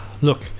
Look